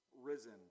risen